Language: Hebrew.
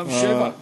גם סעיף 7?